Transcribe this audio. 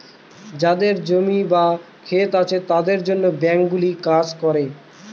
যাদের জমি বা ক্ষেত আছে তাদের জন্য ব্যাঙ্কগুলো কাজ করে